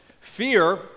Fear